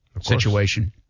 situation